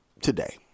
today